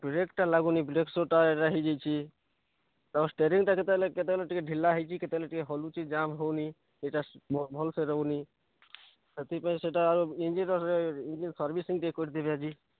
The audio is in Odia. ବ୍ରେକ୍ଟା ଲାଗୁନି ବ୍ରେକ୍ ସୁ'ଟା ହେଇଯାଇଛି ତ ଷ୍ଟେରିଙ୍ଗ୍ଟା କେତେବେଳେ କେତେବେଳେ ଟିକେ ଢ଼ିଲା ହେଇକି କେତେବେଳେ ଟିକେ ହଲୁଛି ଜାମ୍ ହେଉନି ଏଇଟା ଭଲ୍ ସେ ରହୁନି ସେଥିପାଇଁ ସେଇଟା ଆଉ ଇଞ୍ଜିନ୍ ଅଏଲ୍ରେ ଇଞ୍ଜିନ୍ ସର୍ଭିସିଂ ଟିକେ କରିଦେବେ ଆଜି